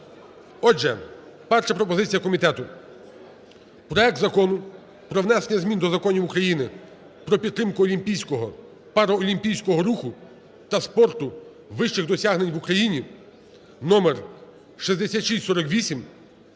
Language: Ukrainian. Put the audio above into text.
Отже, перша пропозиція комітету. Проект Закону "Про внесення змін до Законів України про підтримку олімпійського, паралімпійського руху та спорту вищих досягнень в Україні" (№ 6648)